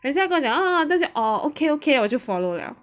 人家跟我讲 orh okay okay 我就 follow liao